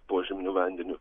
požeminiu vandeniu